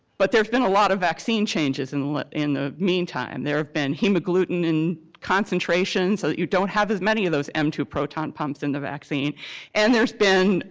but there's been a lot of vaccine changes and in the meantime. there have been hemoglutin and concentrations so that you don't have as many of those m two proton pumps in the vaccine and there's been